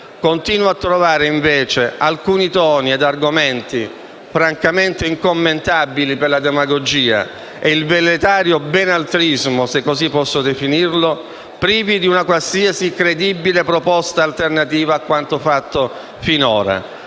Continuo a trovare, invece, alcuni toni ed argomenti francamente incommentabili per la demagogia e il velleitario benaltrismo, se così posso definirlo, privi di una qualsiasi proposta alternativa credibile a quanto fatto finora